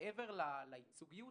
מעבר לייצוגיות,